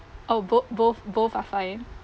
oh bo~ both both are fine